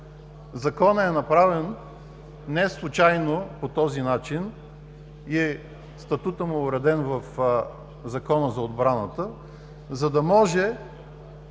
Законът е направен неслучайно по този начин и статутът му е уреден в Закона за отбраната, за да може